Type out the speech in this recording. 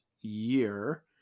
year